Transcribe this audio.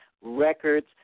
Records